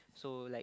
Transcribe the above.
so like